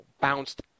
bounced